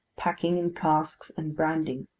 packing in casks, and branding.